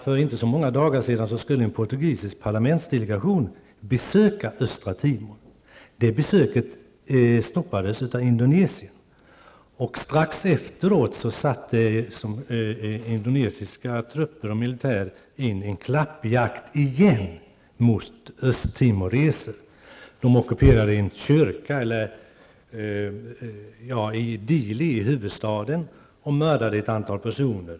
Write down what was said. För inte så många dagar sedan skulle en portugisisk parlamentsdelegation besöka Östra Timor. Det besöket stoppades av Indonesien. Strax efteråt satte indonesiska trupper och militär igen in en klappjakt på östtimoreser. Man ockuperade en kyrka i huvudstaden Dili och mördade ett antal personer.